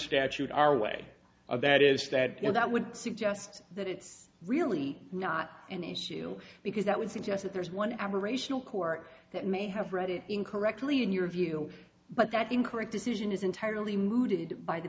statute our way of that is that there that would suggest that it's really not an issue because that would suggest that there's one aberrational court that may have read it incorrectly in your view but that incorrect decision is entirely mooted by the